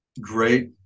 great